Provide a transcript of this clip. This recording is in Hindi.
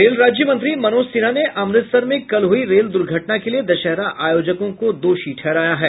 रेल राज्य मंत्री मनोज सिन्हा ने अमृतसर में कल हुई रेल दुर्घटना के लिए दशहरा आयोजकों को दोषी ठहराया है